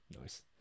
nice